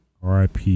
RIP